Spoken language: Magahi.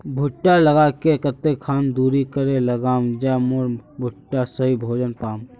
भुट्टा लगा ले कते खान दूरी करे लगाम ज मोर भुट्टा सही भोजन पाम?